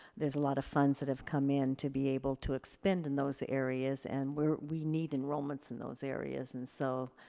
there's a lot of funds that have come in to be able to expend in those areas and we need enrollments in those areas and so